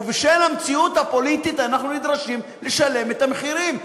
ובשל המציאות הפוליטית אנחנו נדרשים לשלם את המחירים,